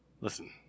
Listen